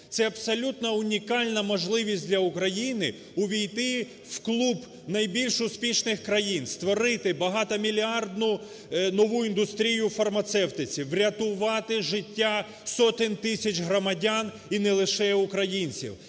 Це абсолютно унікальна можливість для України увійти в клуб найбільш успішних країн, створити багатомільярдну нову індустрію у фармацевтиці, врятувати життя сотень тисяч громадян і не лише українців,